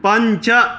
पञ्च